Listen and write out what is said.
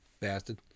Bastard